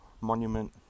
monument